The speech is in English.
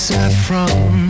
Saffron